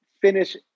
finish